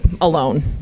alone